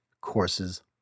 courses